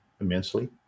immensely